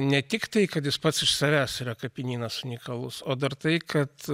ne tik tai kad jis pats iš savęs yra kapinynas unikalus o dar tai kad